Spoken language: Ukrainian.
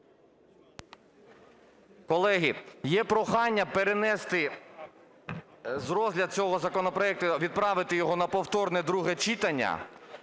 Колеги, є прохання перенести розгляд цього законопроекту, відправити його на повторне друге читання.